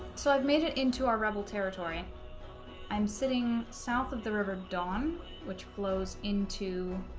so i've made it into our rebel territory i'm sitting south of the river dawn which flows into